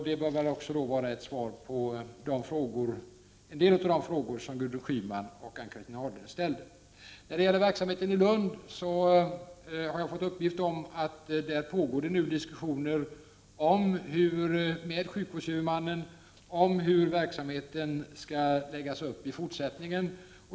Det bör också vara ett svar på en del av de frågor som Gudrun Schyman och Ann-Cathrine Haglund ställde. Jag har fått uppgifter om att det pågår diskussioner med sjukvårdshuvudmannen om hur verksamheten i Lund skall läggas upp i fortsättningen.